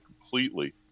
completely